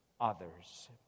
others